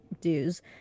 dues